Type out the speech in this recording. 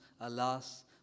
alas